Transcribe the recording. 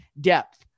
depth